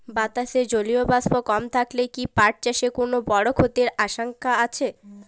বাতাসে জলীয় বাষ্প কম থাকলে কি পাট চাষে কোনো বড় ক্ষতির আশঙ্কা আছে?